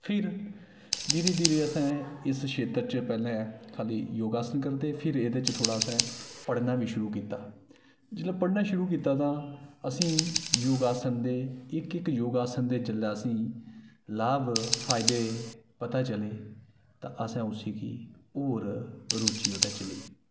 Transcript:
फिर धीरे धीरे असें इस क्षेत्र च पैह्लें खाली योगा आसन करदे हे फिर एह्दे च थोह्ड़ा असें पढ़ना बी शुरू कीता जेल्लै पढ़ना शुरू कीता तां असें योग आसन दे इक इक योग आसन दे जेल्लै असें ई लाभ फायदे पता चले तां असें उसगी होर रुचि ओह्दे च लेई